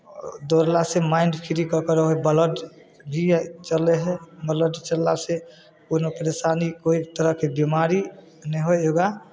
दौड़लासँ mind free कऽ के रहय बलड चलै हइ बलड चललासँ कोनो परेशानी कोइ तरहके बीमारी नहि होइ योगा